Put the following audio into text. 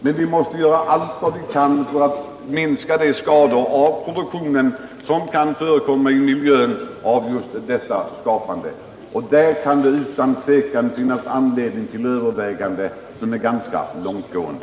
Men vi måste göra allt vi kan för att minska de skador av produktionen som kan förekomma i miljön av just detta skapande. Där kan det utan tvekan finnas anledning till överväganden som är ganska långtgående.